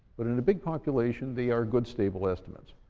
but in a big population they are good stable estimates.